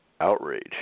outrage